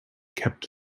kept